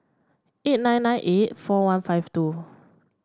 eight nine nine eight four one five two